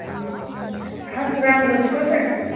ए खास राम्रो चाहिँ कताको छ